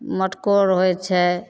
मटकोर होइ छै